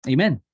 Amen